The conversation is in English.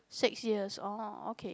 six years orh okay